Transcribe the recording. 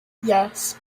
yes